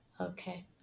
okay